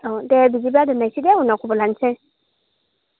औ दे बिदिब्ला दोन्नायसै दे उनाव खबर लानोसै